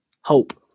Hope